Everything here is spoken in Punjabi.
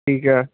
ਠੀਕ ਹੈ